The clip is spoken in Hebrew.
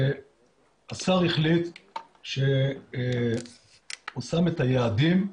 השר החליט שהוא שם את היעדים,